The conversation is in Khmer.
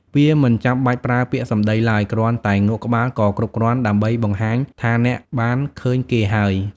វាមិនចាំបាច់ប្រើពាក្យសម្ដីឡើយ គ្រាន់តែងក់ក្បាលក៏គ្រប់គ្រាន់ដើម្បីបង្ហាញថាអ្នកបានឃើញគេហើយ។